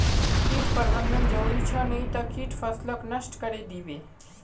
कीट प्रबंधन जरूरी छ नई त कीट फसलक नष्ट करे दीबे